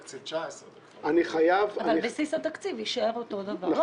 אבל בסיס התקציב יישאר אותו דבר.